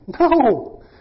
No